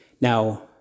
Now